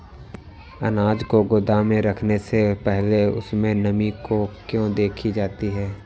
अनाज को गोदाम में रखने से पहले उसमें नमी को क्यो देखी जाती है?